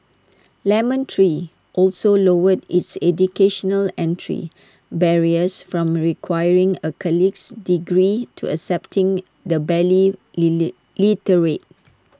lemon tree also lowered its educational entry barriers from requiring A colleges degree to accepting the barely lily literate